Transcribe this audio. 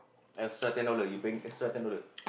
extra ten dollar you paying extra ten dollar